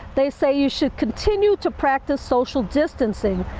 they say you should continue to practice social distancing.